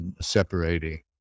separating